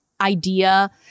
idea